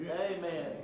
Amen